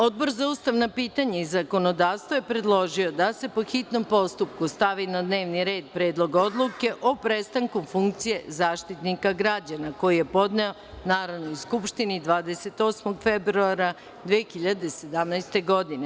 Odbor za ustavna pitanja i zakonodavstvo je predložio da se po hitnom postupku stavi na dnevni red Predlog odluke o prestanku funkcije Zaštitnika građana, koji je podneo Narodnoj skupštini 28. februara 2017. godine.